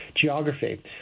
geography